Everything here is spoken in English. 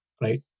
right